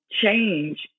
change